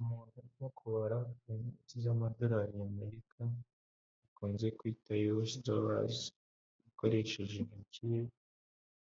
Umuntu uri kubara inoti z'amadolari y'amerika bakunze kwita US dollars akoresheje intoki